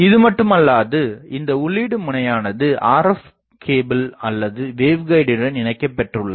இதுமட்டுமல்லாது இந்த உள்ளீடு முனையானது RF கேபிள் அல்லது வேவ்கைடுடன் இணைக்கப் பெற்று உள்ளது